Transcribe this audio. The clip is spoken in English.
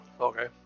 Okay